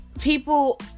people